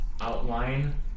outline